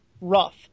rough